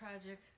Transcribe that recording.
tragic